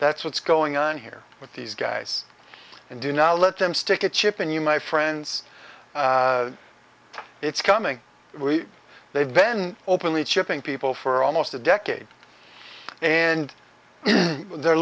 that's what's going on here with these guys and do not let them stick a chip in you my friends it's coming they've ben openly chipping people for almost a decade and they're